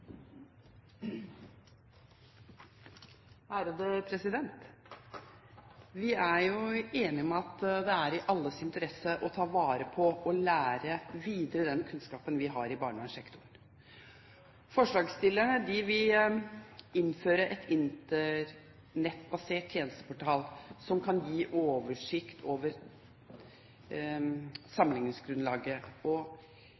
jo enige om at det er i alles interesse å ta vare på og videreføre den kunnskapen vi har i barnevernssektoren. Forslagsstillerne vil innføre en internettbasert tjenesteportal som kan gi oversikt og et sammenligningsgrunnlag mellom tilbudene i barnevernssektoren. Flertallet deler de vurderingene som statsråden har, og